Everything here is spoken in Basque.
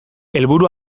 helburu